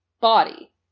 body